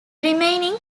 remaining